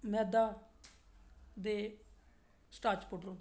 मैदा दे starch powder होंदा